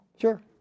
sure